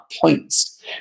points